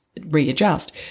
readjust